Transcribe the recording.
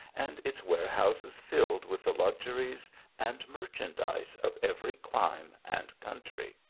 and its warehouses filled with the uxuries and merchandize of every clime and country.